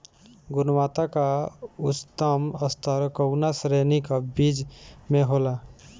गुणवत्ता क उच्चतम स्तर कउना श्रेणी क बीज मे होला?